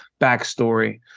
backstory